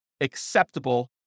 acceptable